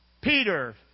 Peter